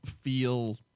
feel